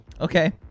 Okay